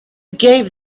gave